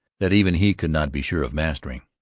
that even he could not be sure of mastering.